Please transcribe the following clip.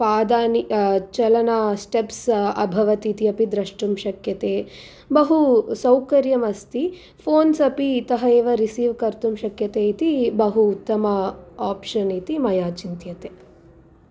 पादानि चलन स्टेप्स् अभवत् इति अपि द्रष्टुं शक्यते बहुसौकर्यमस्ति फोन्स् अपि इतः एव रिसीव् कर्तुं शक्यते इति बहु उत्तम आप्शन् इति मया चिन्त्यते